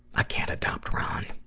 i can't adopt ron.